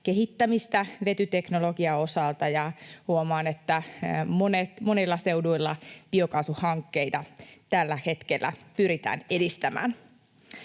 kehittämistä vetyteknologian osalta, ja huomaan, että monilla seuduilla biokaasuhankkeita tällä hetkellä pyritään edistämään.